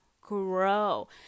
grow